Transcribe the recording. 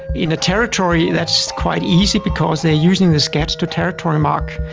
in a territory that's quite easy because they're using the scats to territory-mark.